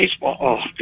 baseball